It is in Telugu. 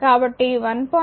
కాబట్టి 1